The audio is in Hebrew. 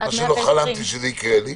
מה שלא חלמתי שיקרה לי.